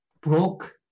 broke